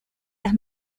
las